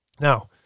Now